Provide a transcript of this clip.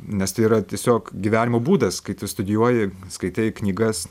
nes tai yra tiesiog gyvenimo būdas kai tu studijuoji skaitai knygas